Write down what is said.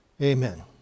Amen